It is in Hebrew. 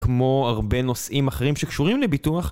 כמו הרבה נושאים אחרים שקשורים לביטוח.